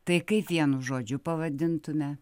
tai kaip vienu žodžiu pavadintume